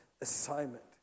assignment